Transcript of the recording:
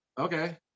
okay